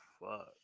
fuck